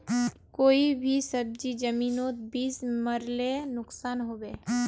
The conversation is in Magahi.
कोई भी सब्जी जमिनोत बीस मरले नुकसान होबे?